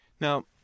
Now